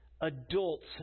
adults